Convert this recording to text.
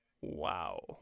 Wow